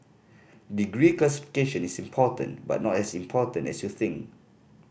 degree classification is important but not as important as you think